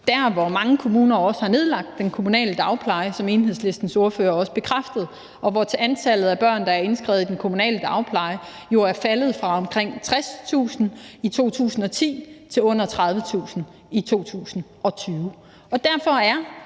der, hvor mange kommuner også har nedlagt den kommunale dagpleje, hvilket Enhedslistens ordfører også bekræftede, og hvor antallet af børn, der er indskrevet i den kommunale dagpleje, er faldet fra omkring 60.000 i 2010 til under 30.000 i 2020. Derfor er